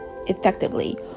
effectively